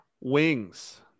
Wings